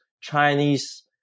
Chinese